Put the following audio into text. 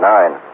Nine